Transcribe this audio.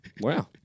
Wow